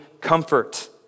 comfort